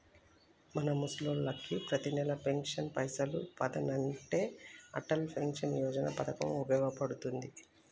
మన ముసలోళ్ళకి పతినెల పెన్షన్ పైసలు పదనంటే అటల్ పెన్షన్ యోజన పథకం ఉపయోగ పడుతుంది